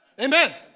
Amen